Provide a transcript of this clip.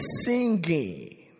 singing